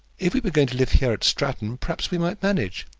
if we were going to live here at stratton perhaps we might manage,